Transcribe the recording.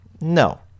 No